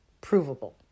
provable